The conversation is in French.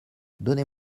donnez